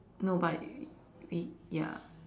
no but we we ya